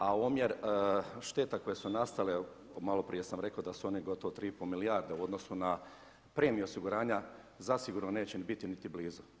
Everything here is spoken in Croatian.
A omjer šteta koje su nastale, malo prije sam rekao da su one gotovo 3,5 milijarde u odnosu na premiju osiguranja zasigurno neće biti ni blizu.